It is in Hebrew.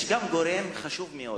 יש עוד גורם חשוב מאוד,